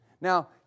Now